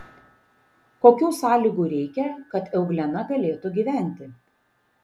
kokių sąlygų reikia kad euglena galėtų gyventi